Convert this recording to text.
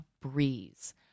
breeze